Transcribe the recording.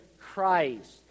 Christ